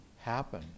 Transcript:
happen